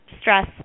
stress